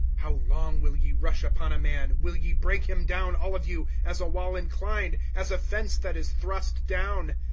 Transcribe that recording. how long will ye rush upon a man, will ye break him down, all of you, as a wall inclined, as a fence that is thrust down?